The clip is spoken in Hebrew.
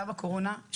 צו הקורונה,